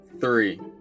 three